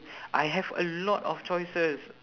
I have a lot of choices